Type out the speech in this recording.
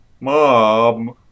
Mom